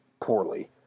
poorly